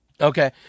Okay